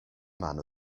man